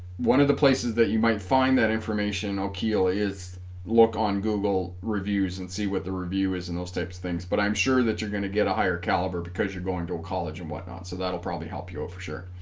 one of the places that you might find that information okie lee is look on google reviews and see what the review is in those types of things but i'm sure that you're going to get a higher caliber because you're going to a college and whatnot so that'll probably help you oh for sure